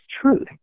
truth